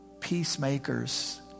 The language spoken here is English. peacemakers